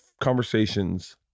conversations